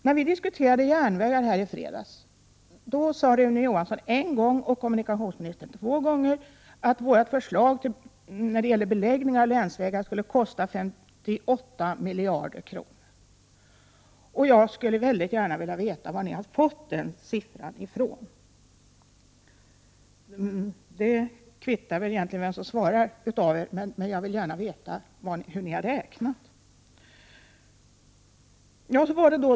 När vi diskuterade järnvägar i kammaren den 28 april, sade Rune Johansson vid ett tillfälle och kommunikationsministern vid två tillfällen att våra förslag när det gäller beläggningar av länsvägar skulle kosta 58 miljarder kronor. Jag skulle mycket gärna vilja veta var det beloppet kommer från. Det kvittar vem som svarar, men jag vill gärna veta hur ni har räknat.